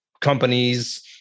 companies